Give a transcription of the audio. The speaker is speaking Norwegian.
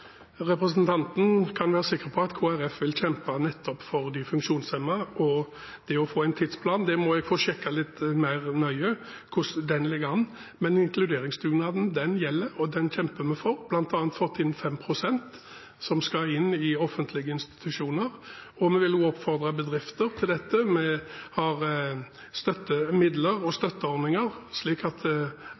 Representanten kan være sikker på at Kristelig Folkeparti vil kjempe nettopp for de funksjonshemmede. Det med å få en tidsplan må jeg få sjekket litt mer nøye, hvordan det ligger an, men inkluderingsdugnaden gjelder, og den kjemper vi for. Vi har bl.a. fått inn 5 pst. som skal inn i offentlige institusjoner, og vi vil også oppfordre bedrifter til dette. Vi har midler og støtteordninger slik at